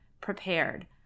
prepared